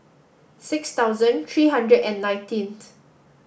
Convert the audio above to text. six thousand three hundred and nineteenth